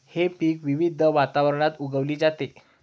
हे पीक विविध वातावरणात उगवली जाते